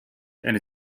and